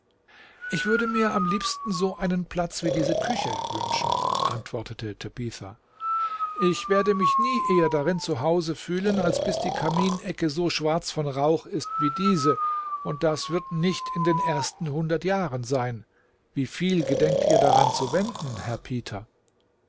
ich würde mir am liebsten so einen platz wie diese küche wünschen antwortete tabitha ich werde mich nie eher darin zu hause fühlen als bis die kaminecke so schwarz von rauch ist wie diese und das wird nicht in den ersten hundert jahren sein wie viel gedenkt ihr daran zu wenden herr peter